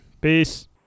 Peace